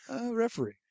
Referee